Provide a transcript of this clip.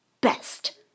best